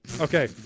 Okay